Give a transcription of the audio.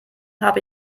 habe